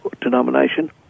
denomination